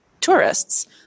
tourists